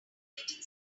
operating